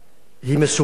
היא מסובכת,